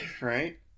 Right